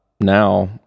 now